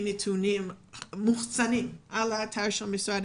ישנם הרבה נתונים מוחצנים על אתר משרד